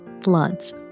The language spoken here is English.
floods